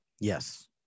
Yes